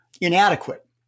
inadequate